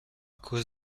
cause